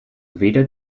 weder